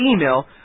email